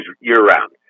year-round